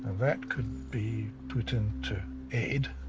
that could be put into aid.